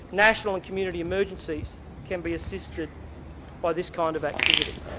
national and community emergencies can be assisted by this kind of activity.